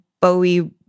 Bowie